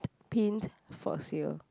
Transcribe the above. pint for sale